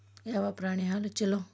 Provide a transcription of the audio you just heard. ಯಾವ ಪ್ರಾಣಿ ಹಾಲು ಛಲೋ?